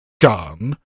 gun